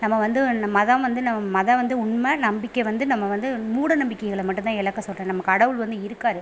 நம்ம வந்து மதம் வந்து நம் மதம் வந்து உண்மை நம்பிக்கை வந்து நம்ம வந்து மூட நம்பிக்கைகளை மட்டுந்தான் இழக்க சொல்கிறேன் நம்ம கடவுள் வந்து இருக்கார்